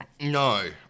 No